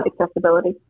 accessibility